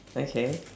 okay